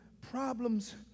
problems